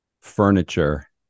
furniture